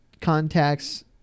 contacts